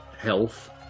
health